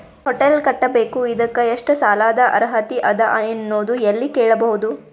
Hotel ಕಟ್ಟಬೇಕು ಇದಕ್ಕ ಎಷ್ಟ ಸಾಲಾದ ಅರ್ಹತಿ ಅದ ಅನ್ನೋದು ಎಲ್ಲಿ ಕೇಳಬಹುದು?